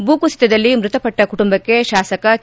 ಭೂಕುಸಿತದಲ್ಲಿ ಮೃತಪಟ್ಟ ಕುಟುಂಬಕ್ಕೆ ತಾಸಕ ಕೆ